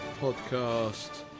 podcast